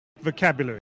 vocabulary